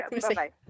bye